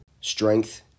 Strength